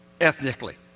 Ethnically